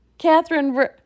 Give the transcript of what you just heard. Catherine